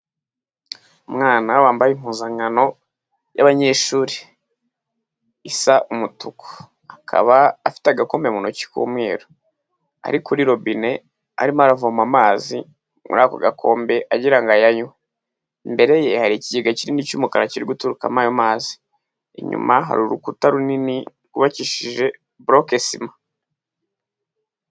Umwana wambaye impuzankano y'abanyeshuri. Isa umutuku. Akaba afite agakombe mu ntoki k'umweru. Ari kuri robine, arimo aravoma amazi. Muri ako gakombe agira ngo ayanywe. Imbere ye hari ikigega kinini cy'umukara kiri guturukamo ayo mazi. Inyuma hari urukuta runini rwubakishije broke sima.